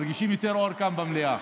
מרגישים יותר אור כאן במליאה.